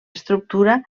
estructura